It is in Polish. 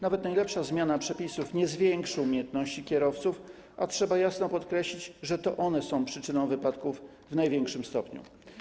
Nawet najlepsza zmiana przepisów nie zwiększy umiejętności kierowców, a trzeba jasno podkreślić, że to one są przyczyną wypadków w największym stopniu.